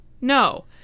No